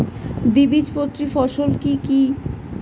দ্বিবীজপত্রী ফসল কি কি?